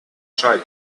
shape